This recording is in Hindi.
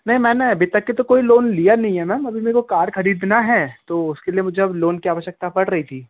नही मैम मैं अभी तक के तो कोई लोन लिया नहीं है मैम अभी मेरे को कार खरीदना है तो उसके लिए मुझे अब लोन की आवश्यकता पड़ रही थी